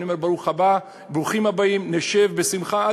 אני אומר: ברוך הבא, ברוכים הבאים, נשב בשמחה.